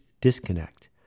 disconnect